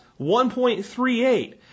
1.38